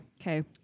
Okay